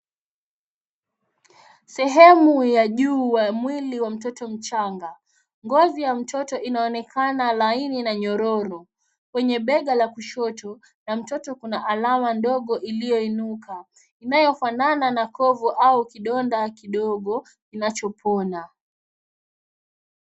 Sehemu ya juu wa mwili wa mtoto mchanga. Ngozi ya mtoto inaonekana laini na nyororo. Kwenye bega la kushoto ya mtoto, kuna alama ndogo iliyoinuka. Inayofanana na kovu au kidonda kidogo inachopona.